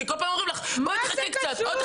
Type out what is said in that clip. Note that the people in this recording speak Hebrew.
כי כל פעם אומרים לך חכי קצת עוד,